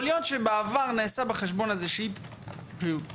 יכול להיות שבעבר נעשתה בחשבון הזה איזושהי פעולה,